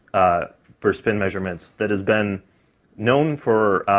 for spin measurements that has been known for,